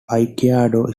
aikido